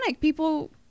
People